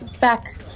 Back